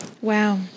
Wow